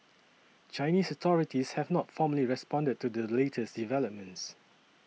Chinese authorities have not formally responded to the latest developments